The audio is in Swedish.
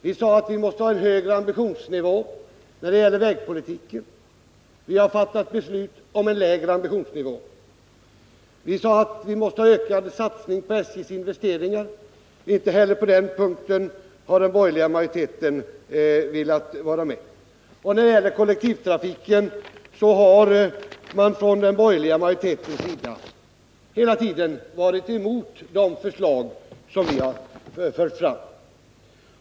Vi har uttalat oss för en högre ambitionsnivå för vägpolitiken — men det har fattats beslut om en lägre ambitionsnivå. Vi sade att vi måste ha ökade satsningar när det gäller SJ:s investeringar. Inte heller på den punkten har den borgerliga majoriteten velat vara med. I fråga om kollektivtrafiken har man från den borgerliga majoritetens sida hela tiden varit emot de förslag som vi har fört fram.